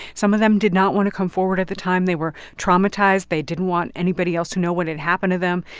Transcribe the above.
some of them did not want to come forward at the time. they were traumatized. they didn't want anybody else to know what had happened to them.